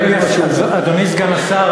אדוני סגן השר,